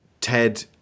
Ted